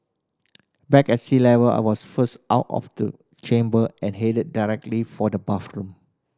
back at sea level I was first out of the chamber and headed directly for the bathroom